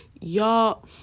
Y'all